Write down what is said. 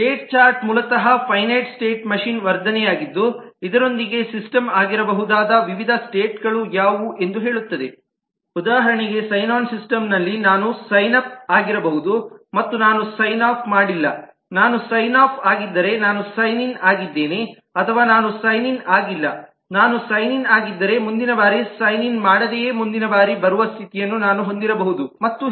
state chart ಮೂಲತಃ finite state machine ವರ್ಧನೆಯಾಗಿದ್ದು ಇದರೊಂದಿಗೆ ಸಿಸ್ಟಮ್ ಆಗಿರಬಹುದಾದ ವಿವಿಧ ಸ್ಟೇಟ್ ಗಳು ಯಾವುವು ಎಂದು ಹೇಳುತ್ತದೆ ಉದಾಹರಣೆಗೆ ಸೈನ್ ಆನ್ ಸಿಸ್ಟಂನಲ್ಲಿ ನಾನು ಸೈನ್ ಅಪ್ ಆಗಿರಬಹುದು ಮತ್ತು ನಾನು ಸೈನ್ ಅಪ್ ಮಾಡಿಲ್ಲ ನಾನು ಸೈನ್ ಅಪ್ ಆಗಿದ್ದರೆ ನಾನು ಸೈನ್ ಇನ್ ಆಗಿದ್ದೇನೆ ಅಥವಾ ನಾನು ಸೈನ್ ಇನ್ ಆಗಿಲ್ಲ ನಾನು ಸೈನ್ ಇನ್ ಆಗಿದ್ದರೆ ಮುಂದಿನ ಬಾರಿ ಸೈನ್ ಇನ್ ಮಾಡದೆಯೇ ಮುಂದಿನ ಬಾರಿ ಬರುವ ಸ್ಥಿತಿಯನ್ನು ನಾನು ಹೊಂದಿರಬಹುದು ಮತ್ತು ಹೀಗೆ